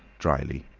drily.